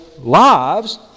lives